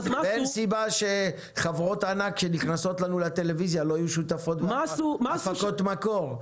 אין סיבה שחברות ענק שנכנסות לנו לטלוויזיה לא יהיו שותפות בהפקות מקור.